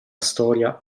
storia